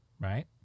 right